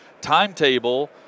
Timetable